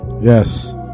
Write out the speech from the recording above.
Yes